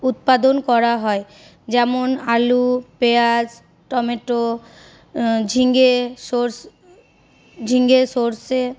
উৎপাদন করা হয় যেমন আলু পেঁয়াজ টম্যাটো ঝিঙ্গে সরস ঝিঙ্গে সর্ষে